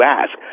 ask